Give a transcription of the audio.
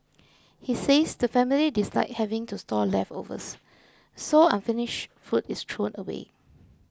he says the family dislike having to store leftovers so unfinished food is thrown away